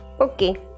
okay